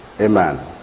Amen